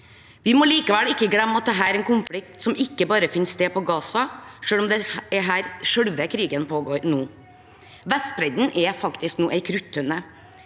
Vi må likevel ikke glemme at dette er en konflikt som ikke bare finner sted i Gaza, selv om det er her selve krigen pågår nå. Vestbredden er faktisk nå en kruttønne.